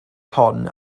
hon